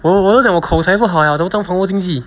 我我都讲我口才不好了怎么当房屋经纪